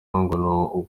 ngo